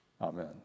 amen